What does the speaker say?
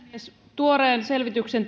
tuoreen selvityksen